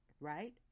right